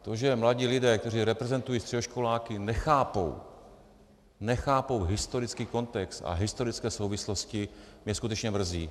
To, že mladí lidé, kteří reprezentují středoškoláky, nechápou, nechápou historický kontext a historické souvislosti, mě skutečně mrzí.